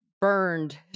burned